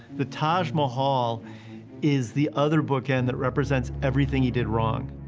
the taj mahal is the other bookend that represents everything he did wrong.